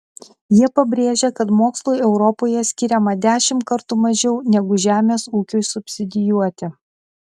jie pabrėžia kad mokslui europoje skiriama dešimt kartų mažiau negu žemės ūkiui subsidijuoti